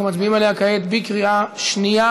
אנחנו מצביעים עליה כעת בקריאה שנייה,